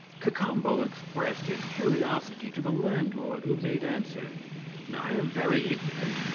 cacambo expressed his curiosity to the landlord, who made answer i am very ignorant,